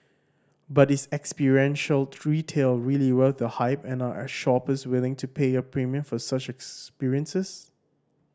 but is experiential retail really worth the hype and are shoppers willing to pay a premium for such experiences